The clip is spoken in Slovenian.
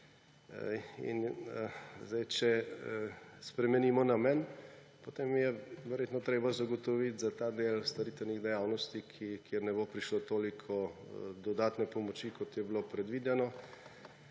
Če zdaj spremenimo namen, potem je verjetno treba zagotoviti za ta del storitvenih dejavnosti, kjer ne bo prišlo toliko dodatne pomoči, kot je bilo predvideno,